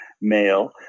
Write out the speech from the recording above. male